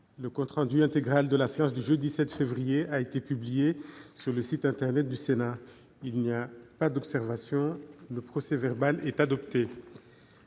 Le compte rendu intégral de la séance du 7 février 2019 a été publié sur le site internet du Sénat. Il n'y a pas d'observation ?... Le procès-verbal est adopté.